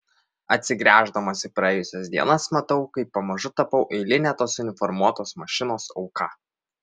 atsigręždamas į praėjusias dienas matau kaip pamažu tapau eiline tos uniformuotos mašinos auka